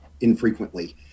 infrequently